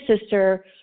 sister